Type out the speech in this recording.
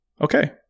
Okay